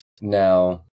Now